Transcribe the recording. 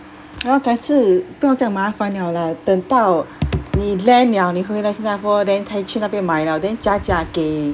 ya lor 改次不用这样麻烦了 lah 等到你 land liao 你回来新加坡 then 可以去那边买 liao then 假假给